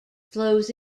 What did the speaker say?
flows